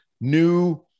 new